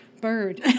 bird